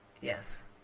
Yes